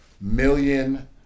million